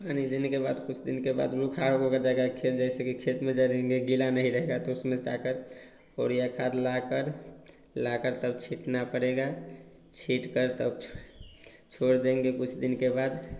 पानी देने के बाद कुछ दिन के बाद रूखा हो गया दरयाई खेत जैसे कि खेत में डालेंगे गीला नहीं रहेगा तो उसमें जाकर उरिया खाद लाकर लाकर तब छींटना पड़ेगा छींटकर तब छो छोड़ देंगे कुछ दिन के बाद